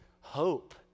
hope